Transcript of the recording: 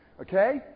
Okay